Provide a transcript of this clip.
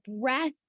breath